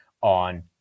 on